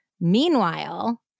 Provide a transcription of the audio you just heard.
Meanwhile